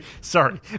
sorry